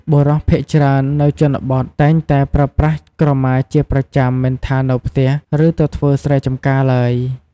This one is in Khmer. បុរសភាគច្រើននៅជនបទតែងតែប្រើប្រាស់ក្រមាជាប្រចាំមិនថានៅផ្ទះ ឬទៅធ្វើស្រែចំការឡើយ។